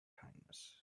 kindness